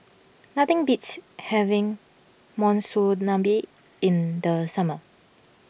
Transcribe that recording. nothing beats having Monsunabe in the summer